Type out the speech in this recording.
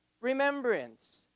remembrance